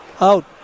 Out